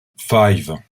five